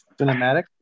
Cinematic